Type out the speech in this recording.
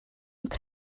ddim